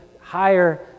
higher